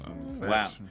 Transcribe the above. Wow